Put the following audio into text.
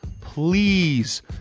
please